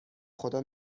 خدا